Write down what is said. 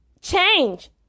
change